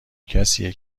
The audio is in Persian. کسیه